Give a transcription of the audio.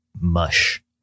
mush